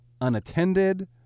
unattended